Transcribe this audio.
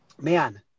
man